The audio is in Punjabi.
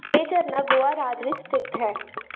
ਇਹ ਝਰਨਾ ਗੋਆ ਰਾਜ ਵਿੱਚ ਸਥਿਤ ਹੈ